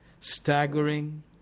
staggering